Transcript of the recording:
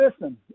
listen